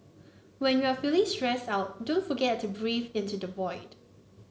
when you are feeling stressed out don't forget to breathe into the void